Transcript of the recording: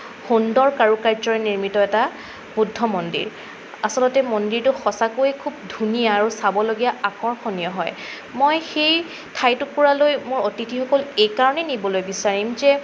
সুন্দৰ কাৰুকাৰ্যৰে নিৰ্মিত এটা বুদ্ধ মন্দিৰ আচলতে মন্দিৰটো সঁচাকৈয়ে খুব ধুনীয়া আৰু চাবলগীয়া আকৰ্ষণীয় হয় মই সেই ঠাই টুকুৰালৈ মোৰ অতিথিসকলক এইকাৰণেই নিবলৈ বিচাৰিম যে